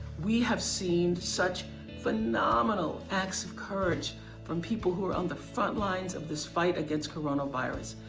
we have seen such phenomenal acts of courage from people who are on the front lines of this fight against coronavirus.